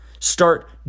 Start